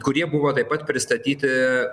kurie buvo taip pat pristatyti